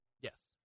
Yes